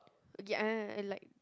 okay I I I like